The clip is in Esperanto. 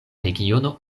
regiono